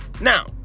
Now